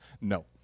no